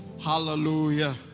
Hallelujah